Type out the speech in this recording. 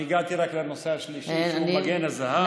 אני הגעתי רק לנושא השלישי, שהוא מגן הזהב.